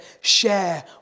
share